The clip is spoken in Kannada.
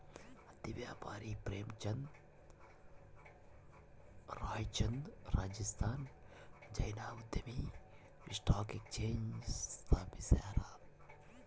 ಹತ್ತಿ ವ್ಯಾಪಾರಿ ಪ್ರೇಮಚಂದ್ ರಾಯ್ಚಂದ್ ರಾಜಸ್ಥಾನಿ ಜೈನ್ ಉದ್ಯಮಿ ಸ್ಟಾಕ್ ಎಕ್ಸ್ಚೇಂಜ್ ಸ್ಥಾಪಿಸ್ಯಾರ